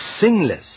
sinless